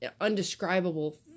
undescribable